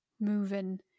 moving